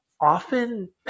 often